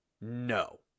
No